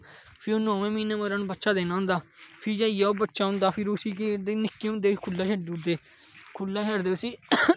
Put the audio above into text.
फिर ओह् नौमें म्हीने मगरा उनें बच्चा देना होंदा फ्ही जाइयै ओह् बच्चा ओंदा फिर उसी केह् करदे निक्के होंदे गै खुल्ला छड्डी ओड़दे खुल्ला छडदे उसी